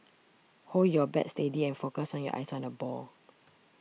hold your bat steady and focus your eyes on the ball